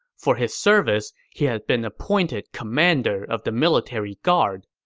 for his service, he had been appointed commander of the military guard,